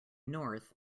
north